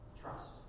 trust